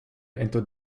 into